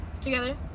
together